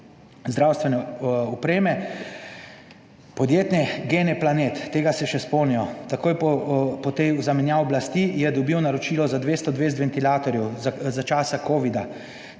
zdravstvene opreme. Podjetje GenePlanet, tega se še spomnimo, takoj po zamenjavi oblasti je dobil naročilo za 220 ventilatorjev za časa covida